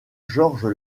georges